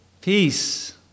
peace